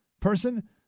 person